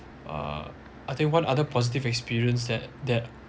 uh I think one other positive experience that that